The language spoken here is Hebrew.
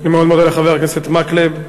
אני מאוד מודה לחבר הכנסת מקלב.